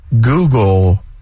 Google